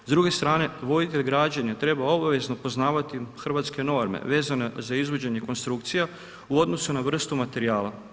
S druge strane, voditelj građenja treba obavezno poznavati hrvatske norme vezane za izvođenje konstrukcija u odnosu na vrstu materijala.